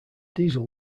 diesel